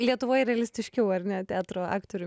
lietuvoj realistiškiau ar ne teatro aktorių